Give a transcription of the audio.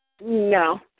no